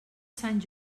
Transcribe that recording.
sant